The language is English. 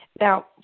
Now